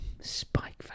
Spike